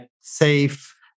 SAFE